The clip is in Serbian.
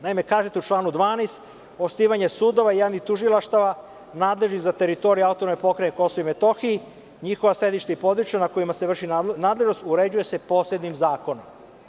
Naime, kažete u članu 12. – osnivanje sudova, javnih tužilaštava nadležnih za teritoriju Autonomnoj Pokrajini Kosovu i Metohiji, njihova sedišta i područja na kojima se vrši nadležnost uređuje se posebnim zakonom.